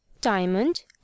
diamond